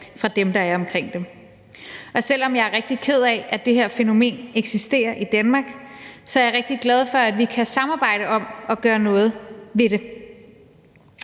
fra dem, der er omkring dem. Selv om jeg er rigtig ked af, at det her fænomen eksisterer i Danmark, er jeg rigtig glad for, at vi kan samarbejde om at gøre noget ved det.